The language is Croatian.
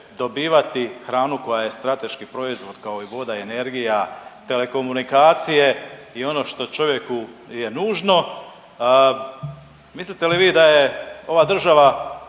dobivati hranu koja je strateški proizvod kao i voda i energija, telekomunikacije i ono što čovjeku je nužno? Mislite li vi da je ova država